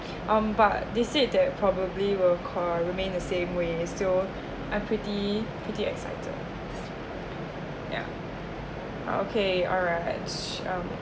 um but they said that probably will remain the same way is still I'm pretty pretty excited yeah okay alright um